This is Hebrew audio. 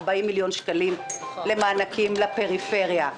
40 מיליון שקלים למענקים לפריפריה.